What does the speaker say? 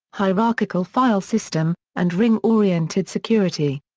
hierarchical file system, and ring-oriented security.